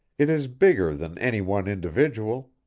it is bigger than any one individual.